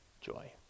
joy